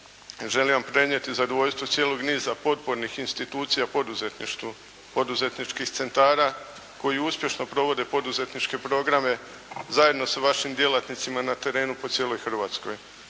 Želim vam prenijeti zadovoljstvo cijelog niza potpornih institucija poduzetništvu, poduzetničkih centara koji uspješno provode poduzetničke programe zajedno s vašim djelatnicima na terenu po cijeloj Hrvatskoj.